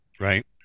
Right